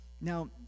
Now